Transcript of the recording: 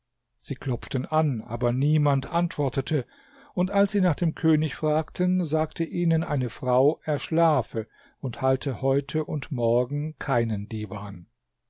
sie klopften an aber niemand antwortete und als sie nach dem könig fragten sagte ihnen eine frau er schlafe und halte heute und morgen keinen divan